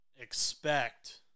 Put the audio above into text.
expect